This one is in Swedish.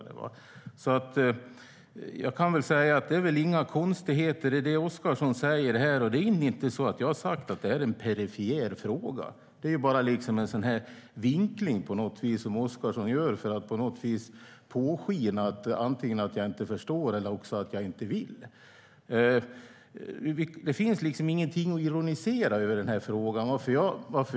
Det är inga konstigheter i det som Oscarsson säger, men jag har inte sagt att detta är en perifer fråga. Det är bara en vinkling som Oscarsson gör för att påskina att jag antingen inte förstår eller inte vill. Det finns ingenting att ironisera över i den här frågan.